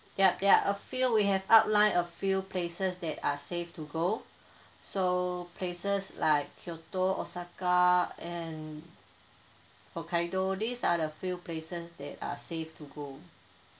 yup there're a few we have outline a few places that are safe to go so places like kyoto osaka and hokkaido these are the few places that are safe to go